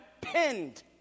pinned